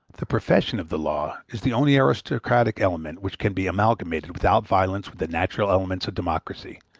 the profession of the law is the only aristocratic element which can be amalgamated without violence with the natural elements of democracy,